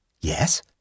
Yes